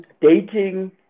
Dating